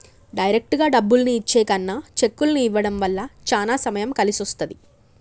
డైరెక్టుగా డబ్బుల్ని ఇచ్చే కన్నా చెక్కుల్ని ఇవ్వడం వల్ల చానా సమయం కలిసొస్తది